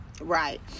Right